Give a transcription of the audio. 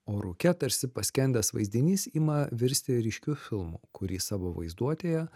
o rūke tarsi paskendęs vaizdinys ima virsti ryškiu filmu kurį savo vaizduotėje